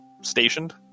stationed